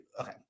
Okay